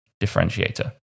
differentiator